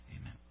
Amen